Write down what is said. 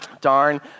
darn